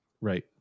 Right